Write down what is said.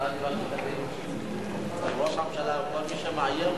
כל מי שמאיים מקבל,